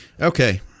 Okay